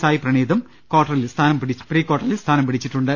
സായ് പ്രണീതും പ്രി കാർട്ട റിൽ സ്ഥാനം പിടിച്ചിട്ടുണ്ട്